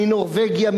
מנורבגיה,